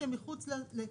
מצונן.